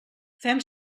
fem